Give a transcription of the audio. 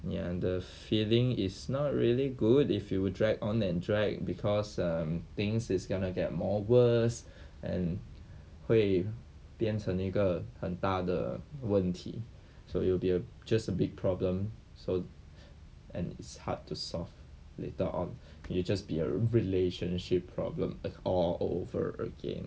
ya the feeling is not really good if you will drag on and drag because um things is gonna get more worse and 会变成一个很大的问题 so it'll be a just a big problem so and it's hard to solve later on it'll just be a relationship problem all over again